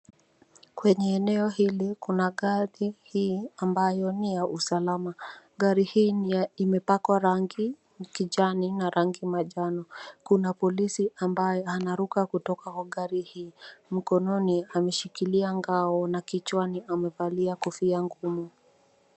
Kwenye eneo hili kuna gari hii ambayo ni ya usalama. Gari hii imepakwa rangi ya kijani na rangi manjano. Kuna polisi ambaye anaruka kutoka kwa gari hii. Mkononi ameshikilia ngao na kichwani amevalia kofia ngumu.